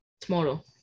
tomorrow